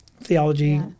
theology